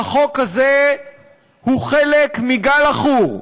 החוק הזה הוא חלק מגל עכור.